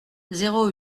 zéro